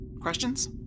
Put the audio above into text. Questions